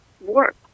work